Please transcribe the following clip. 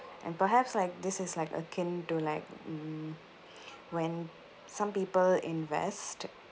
and perhaps like this is like akin to like um when some people invest